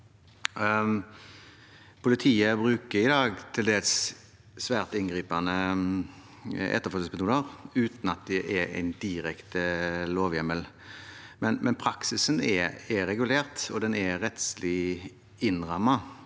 Politiet bruker i dag til dels svært inngripende etterforskningsmetoder uten at det er en direkte lovhjemmel, men praksisen er regulert, og den er rettslig innrammet